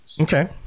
okay